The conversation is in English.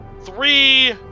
three